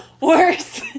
worse